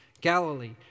Galilee